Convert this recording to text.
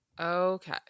Okay